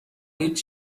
هیچ